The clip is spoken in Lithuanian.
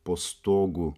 po stogu